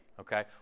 okay